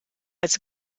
als